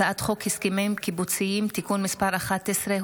הצעת חוק הסכמים קיבוציים (תיקון מס' 11,